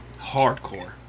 Hardcore